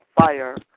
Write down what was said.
fire